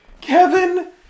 Kevin